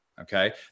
Okay